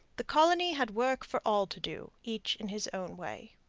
the colony had work for all to do, each in his own way.